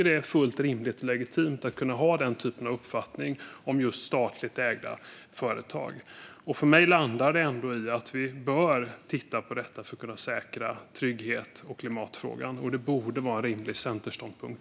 Det är fullt rimligt och legitimt att ha den typen av uppfattning om just statligt ägda företag. För mig landar det ändå i att vi bör titta på dessa frågor för att säkra tryggheten och klimatfrågan, och det borde också vara en rimlig centerståndpunkt.